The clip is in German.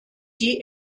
die